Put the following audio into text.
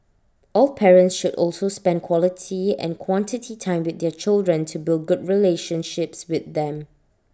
all parents should also spend quality and quantity time with their children to build good relationships with them